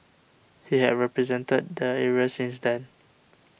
he had represented the area since then